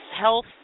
health